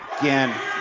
Again